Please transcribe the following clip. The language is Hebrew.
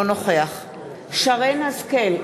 אינו נוכח שרן השכל,